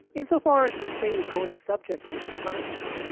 insofar as the state is going to subject you to punishment,